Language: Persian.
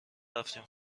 رفتیم